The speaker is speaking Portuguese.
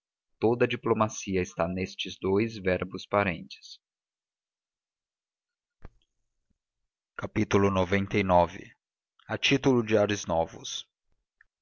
toda a diplomacia está nestes dous verbos parentes xcix a título de ares novos